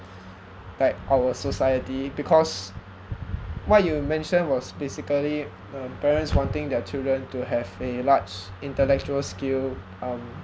like our society because what you mentioned was basically um parents wanting their children to have a large intellectual skill um